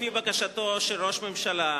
לפי בקשתו של ראש הממשלה,